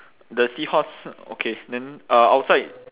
the seahorse okay then uh outside